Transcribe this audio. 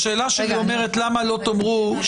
השאלה שלי היא למה לא תאמרו,